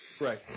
Right